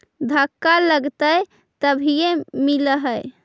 धक्का लगतय तभीयो मिल है?